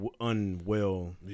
unwell